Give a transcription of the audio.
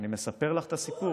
אני מספר לך את הסיפור,